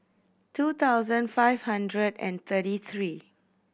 two thousand five hundred and thirty three